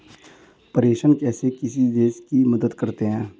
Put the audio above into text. प्रेषण कैसे किसी देश की मदद करते हैं?